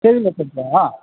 saving account वा